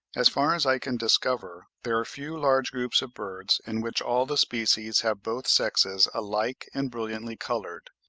as far as i can discover there are few large groups of birds in which all the species have both sexes alike and brilliantly coloured,